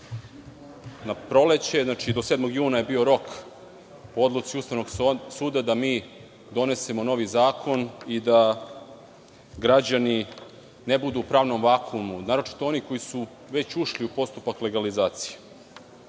na proleće. Rok je bio do 7. juna, po odluci Ustavnog suda da donesemo novi zakon i da građani ne budu u pravnom vakumu, naročito oni koji su već ušli u postupak legalizacije. Ustavni